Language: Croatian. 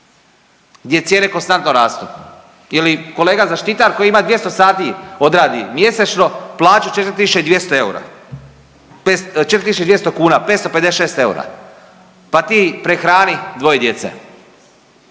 gdje cijene konstantno rastu. Ili kolega zaštitar koji ima 200 sati odradi mjesečno, plaću 4200 kuna, 556 eura pa ti prehrani dvoje djece.